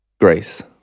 Grace